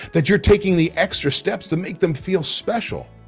that you're taking the extra steps to make them feel special.